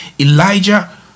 Elijah